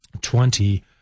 twenty